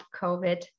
COVID